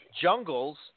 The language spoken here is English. jungles